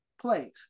place